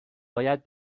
باید